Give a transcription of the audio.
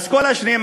והאסכולה השנייה,